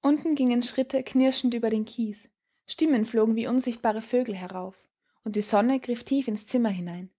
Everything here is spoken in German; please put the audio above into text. unten gingen schritte knirschend über den kies stimmen flogen wie unsichtbare vögel herauf und die sonne griff tief ins zimmer hinein